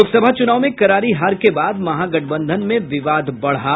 लोकसभा चुनाव में करारी हार के बाद महागठबंधन में विवाद बढ़ा